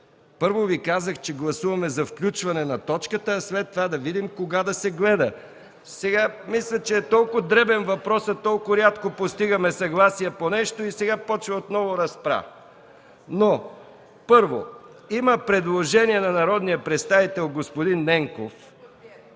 Първо Ви казах, че гласуваме за включване на точката, а след това да видим кога да се гледа. Мисля, че е дребен въпросът. Толкова рядко постигаме съгласие по нещо и започва отново разправа. Първо, има предложение на народния представител господин Ненков…